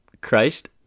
Christ